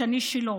"שני שילה,